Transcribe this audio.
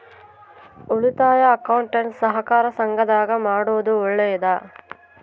ಉಳಿತಾಯ ಅಕೌಂಟ್ ಸಹಕಾರ ಸಂಘದಾಗ ಮಾಡೋದು ಒಳ್ಳೇದಾ?